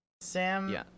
Sam